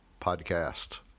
podcast